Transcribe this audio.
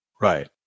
Right